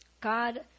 God